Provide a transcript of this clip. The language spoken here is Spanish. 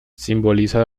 simboliza